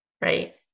right